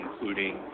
including